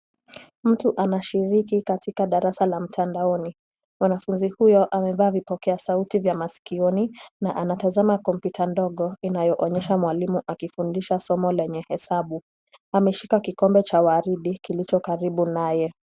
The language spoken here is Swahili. Mtu anashiriki katika darasa la mtandaoni. Mwanafunzi huyo amevaa vipokea sauti za masikioni na anatazama kompyuta ndogo inayoonyesha mwalimu akifundisha soko lenye hesabu. Ameahika kikombe cha waridi kilicho karibu naye.